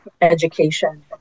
education